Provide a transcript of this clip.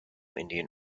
indian